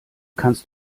kannst